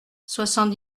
soixante